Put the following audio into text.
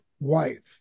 wife